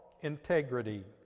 integrity